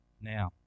now